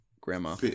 grandma